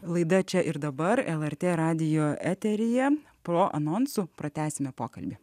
laida čia ir dabar lrt radijo eteryje pro anonsų pratęsime pokalbį